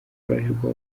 bralirwa